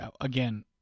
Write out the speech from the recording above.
again